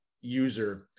user